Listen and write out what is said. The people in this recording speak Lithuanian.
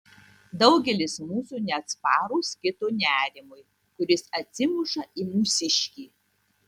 daugelis mūsų neatsparūs kito nerimui kuris atsimuša į mūsiškį